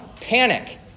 Panic